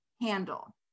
handle